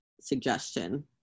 suggestion